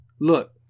Look